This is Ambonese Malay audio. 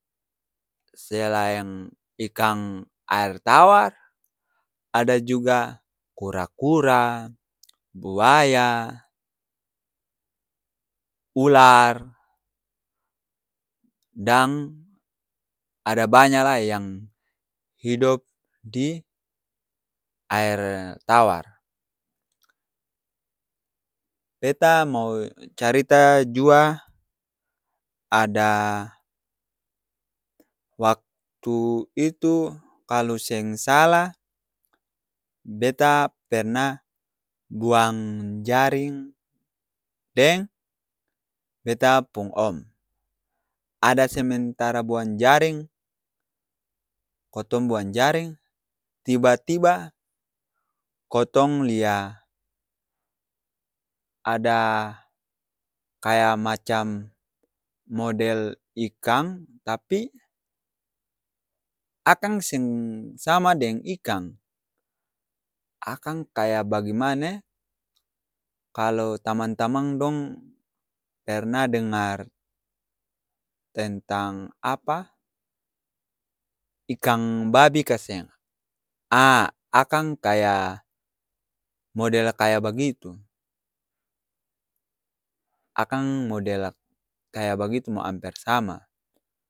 Selain ikang aer tawar, ada juga kura-kura, buaya, ular, dan ada banya lai yang hidop di aer tawar. Beta mau carita jua ada waktu itu kalu seng salah beta pernah buang jaring deng beta pung om. Ada sementara buang jaring, kotong buang jaring, tiba-tiba kotong lia ada kaya macam model ikang, tapi akang seng sama deeng ikang. Akang kaya bagimana e, kalo tamang-tamang dong pernah dengar tentang apa ikang babi ka seng? A akang kaya model kaya bagitu. Akang model kaya bagitu mo amper sama.